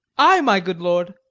ay, my good lord,